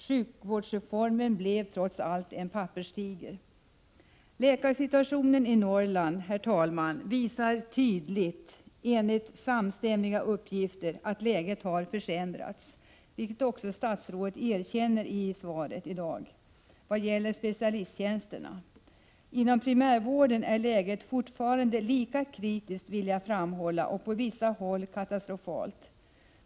Sjukvårdsreformen blev trots allt en papperstiger. Läkarsituationen i Norrland, herr talman, visar tydligt enligt samstämmiga uppgifter att läget har försämrats, vilket statsrådet också erkänner i svaret, vad gäller specialisttjänsterna. Inom primärvården är läget fortfarande lika kritiskt och på vissa håll katastrofalt.